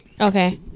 okay